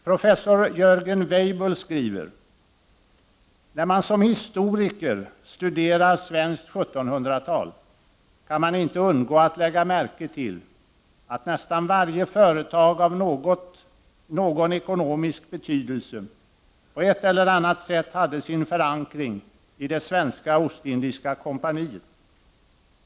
Professor Jörgen Weibull skriver: ”När man som historiker studerar svenskt 1700-tal kan man inte undgå att lägga märke till, att nästan varje företag av någon ekonomisk betydelse på ett eller annat sätt hade sin förankring i det Svenska Ostindiska Compagniet.